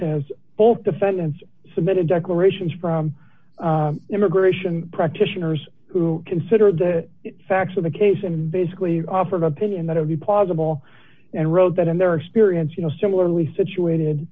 as both defendants submitted declarations from immigration practitioners who considered the facts of the case and basically offer an opinion that of the plausible and wrote that in their experience you know similarly situated